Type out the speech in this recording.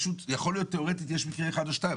יכול להיות תיאורטית יש מקרה אחד או שניים.